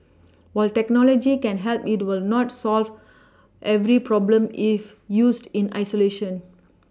while technology can help it will not solve every problem if used in isolation